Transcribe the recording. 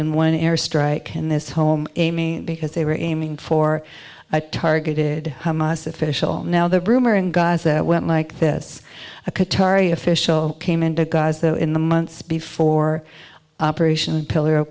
in one airstrike in this home amy because they were aiming for a targeted hamas official now the rumor in gaza went like this a qatari official came into guys though in the months before operation pillar of